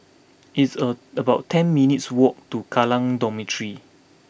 it's a about ten minutes' walk to Kallang Dormitory